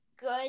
good